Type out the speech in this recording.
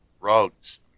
rugs